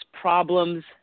problems